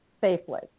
safely